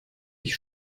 ich